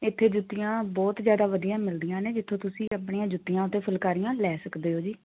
ਇੱਥੇ ਜੁੱਤੀਆਂ ਬਹੁਤ ਜ਼ਿਆਦਾ ਵਧੀਆ ਮਿਲਦੀਆਂ ਨੇ ਜਿੱਥੋਂ ਤੁਸੀਂ ਆਪਣੀਆਂ ਜੁੱਤੀਆਂ ਅਤੇ ਫੁਲਕਾਰੀਆਂ ਲੈ ਸਕਦੇ ਹੋ ਜੀ